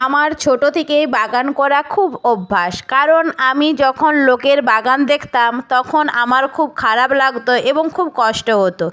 আমার ছোট থেকেই বাগান করার খুব অভ্যাস কারণ আমি যখন লোকের বাগান দেখতাম তখন আমার খুব খারাপ লাগত এবং খুব কষ্ট হতো